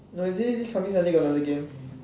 no they say this coming Sunday got another game